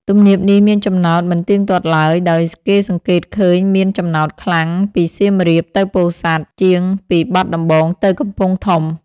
ទំនាបនេះមានចំណោតមិនទៀងទាត់ឡើយ ដោយគេសង្កេតឃើញមានចំណោតខ្លាំងពីសៀមរាបទៅពោធិ៍សាត់ ជាងពីបាត់ដំបងទៅកំពង់ធំ។